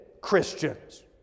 Christians